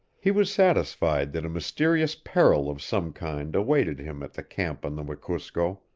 he was satisfied that a mysterious peril of some kind awaited him at the camp on the wekusko,